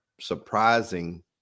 surprising